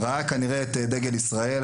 ראה כנראה את דגל ישראל,